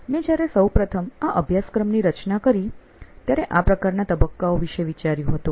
મેં જયારે સૌપ્રથમ આ અભ્યાસક્રમની રચના કરી ત્યારે આ પ્રકારના તબક્કાઓ વિષે વિચાર્યું હતું